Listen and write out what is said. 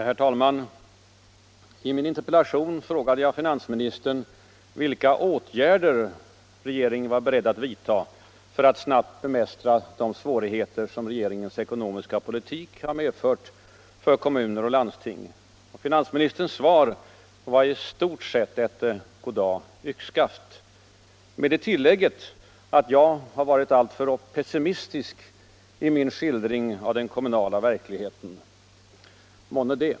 Herr talman! I min interpellation frågade jag finansministern vilka åtgärder regeringen var beredd att vidta för att snabbt bemästra de svårigheter som regeringens ekonomiska politik har medfört för kommuner och landsting. Finansministerns svar var i stort sett ett goddag yxskaft —- med det tillägget att jag har varit alltför pessimistisk i min skildring av den kommunala verkligheten. Månne det?